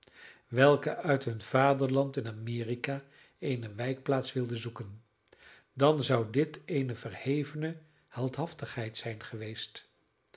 welke uit hun vaderland in amerika eene wijkplaats wilden zoeken dan zou dit eene verhevene heldhaftigheid zijn geweest